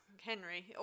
Henry